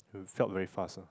felt very fast ah